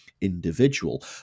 individual